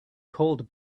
cold